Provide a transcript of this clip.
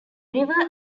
river